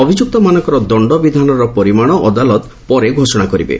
ଅଭିଯୁକ୍ତମାନଙ୍କର ଦଶ୍ଚବିଧାନର ପରିମାଣ ଅଦାଲତ ପରେ ଘୋଷଣା କରିବେ